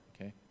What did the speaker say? okay